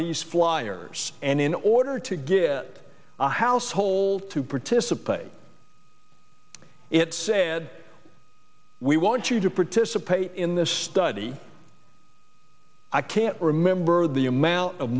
these flyers and in order to get the household to participate it said we want you to participate in this study i can't remember the amount of